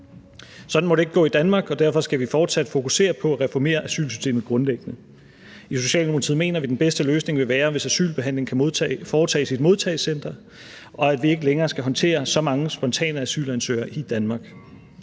Sådan må det ikke gå i Danmark, og derfor skal vi fortsat fokusere på at reformere asylsystemet grundlæggende. I Socialdemokratiet mener vi, at den bedste løsning vil være, hvis asylbehandling kan foretages i et modtagecenter, og at vi ikke længere skal håndtere så mange spontane asylansøgere i Danmark.